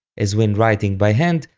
as when writing by hand,